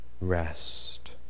rest